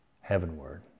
heavenward